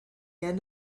end